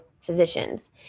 physicians